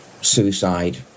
suicide